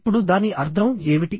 ఇప్పుడు దాని అర్థం ఏమిటి